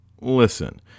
Listen